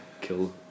kill